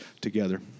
together